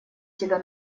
тебя